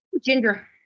Ginger